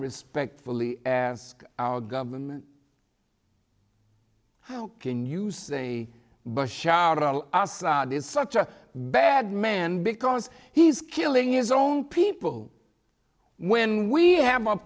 respectfully ask our government how can you say bashar al assad is such a bad man because he's killing his own people when we have a